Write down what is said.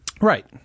Right